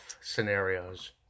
scenarios